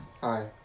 Hi